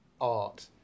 art